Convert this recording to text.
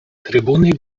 trybuny